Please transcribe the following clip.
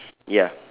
ya